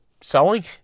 selling